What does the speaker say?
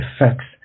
effects